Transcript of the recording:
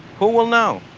who will know?